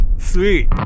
Sweet